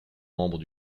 membres